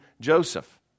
Joseph